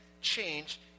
change